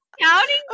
counting